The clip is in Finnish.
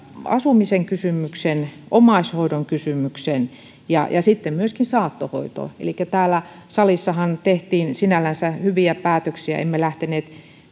asumisen kysymyksen ja omaishoidon kysymyksen ja sitten myöskin saattohoidon elikkä täällä salissahan tehtiin sinällänsä hyviä päätöksiä emme lähteneet